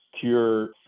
cure